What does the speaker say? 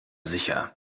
sicher